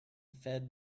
fed